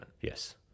yes